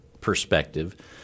perspective